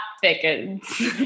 thickens